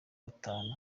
gatanu